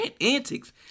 antics